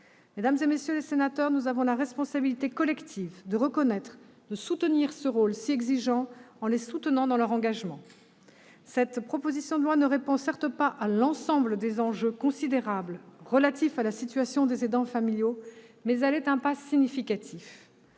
Mesdames, messieurs les sénateurs, nous avons la responsabilité collective de reconnaître ce rôle si exigeant des aidants en les soutenant dans leur engagement. Cette proposition de loi ne répond certes pas à l'ensemble des enjeux considérables relatifs à la situation des aidants familiaux, mais elle représente un pas significatif.